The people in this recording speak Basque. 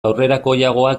aurrerakoiagoak